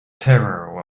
terror